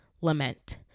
lament